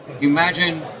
Imagine